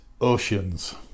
Oceans